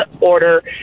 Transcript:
order